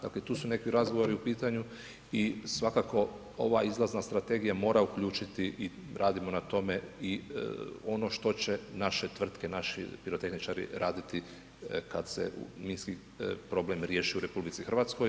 Dakle, tu su neki razgovori u pitanju i svakako ova izlazna strategija mora uključiti i radimo na tome i ono što će naše tvrtke naši pirotehničari raditi kada se minski probleme riješi u RH.